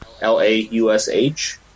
L-A-U-S-H